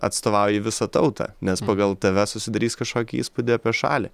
atstovauji visą tautą nes pagal tave susidarys kažkokį įspūdį apie šalį